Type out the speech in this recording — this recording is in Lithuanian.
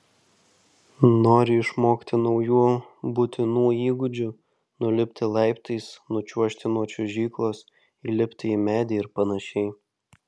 nori išmokti naujų būtinų įgūdžių nulipti laiptais nučiuožti nuo čiuožyklos įlipti į medį ir panašiai